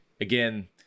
again